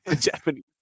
Japanese